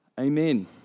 Amen